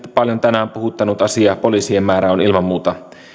paljon tänään puhuttanut asia eli poliisien määrä on ilman muuta